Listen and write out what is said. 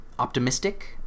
optimistic